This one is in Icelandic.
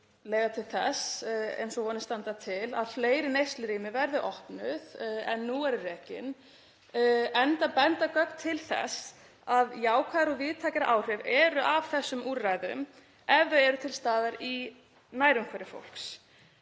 leiða til þess, eins og vonir standa til, að fleiri neyslurými verði opnuð en nú eru rekin, enda benda gögn til þess að það séu jákvæð og víðtæk áhrif af þessum úrræðum ef þau eru til staðar í nærumhverfi fólks.